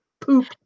poop